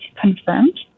confirmed